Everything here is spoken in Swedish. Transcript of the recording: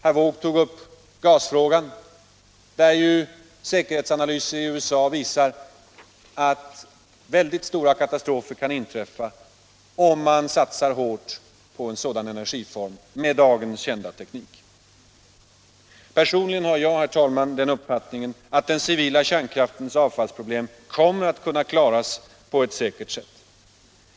Herr Wååg tog upp gasfrågan, där säkerhetsanalyser i USA visar att väldigt stora katastrofer kan inträffa, om man satsar hårt på denna energiform med dagens teknik. Personligen har jag, herr talman, den uppfattningen att den civila kärnkraftens avfallsproblem kommer att kunna klaras på ett säkert sätt.